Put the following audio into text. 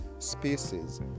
spaces